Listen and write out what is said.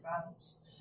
battles